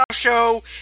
show